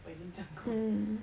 我已经讲过